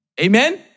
amen